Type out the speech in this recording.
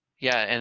yeah, and